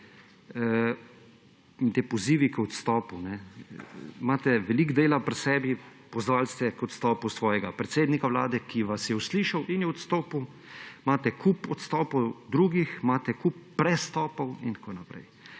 In ti pozivi k odstopu. Imate veliko dela pri sebi, pozvali ste k odstopu svojega predsednika Vlade, ki vas je uslišal in je odstopil, imate kup drugih odstopov, imate kup prestopov. Mislim, da